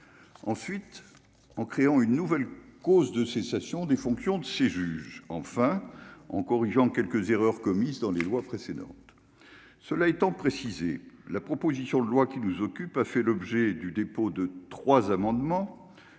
ensuite en créant une nouvelle cause de cessation des fonctions de ces juges enfin en corrigeant quelques erreurs commises dans les lois précédentes, cela étant précisé la proposition de loi qui nous occupe, a fait l'objet du dépôt de trois amendements,